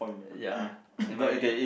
ya never mind we